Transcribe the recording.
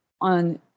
on